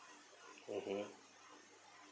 mmhmm